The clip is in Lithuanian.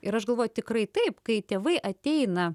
ir aš galvoju tikrai taip kai tėvai ateina